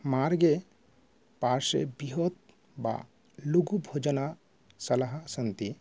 मार्गे पार्श्वे बृहत् वा लघुभोजनशालाः सन्ति